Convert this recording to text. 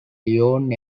lyon